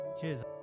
Cheers